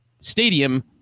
stadium